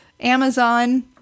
Amazon